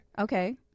Okay